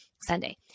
Sunday